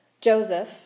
Joseph